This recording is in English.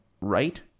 right